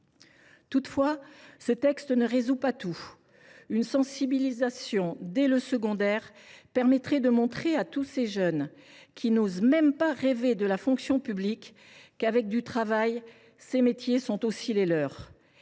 Toutefois, ce texte ne résout pas tout. Une sensibilisation dès le secondaire permettrait de montrer à tous ces jeunes qui n’osent même pas rêver de la fonction publique que, avec du travail, ces métiers sont aussi les leurs.